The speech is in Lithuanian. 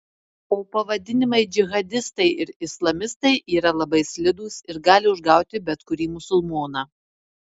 o pavadinimai džihadistai ir islamistai yra labai slidūs ir gali užgauti bet kurį musulmoną